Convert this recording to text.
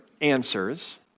answers